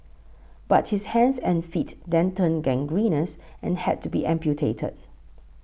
but his hands and feet then turned gangrenous and had to be amputated